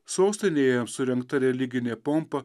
sostinėje surengta religinė pompa